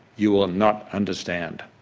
you will not understand.